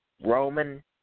Roman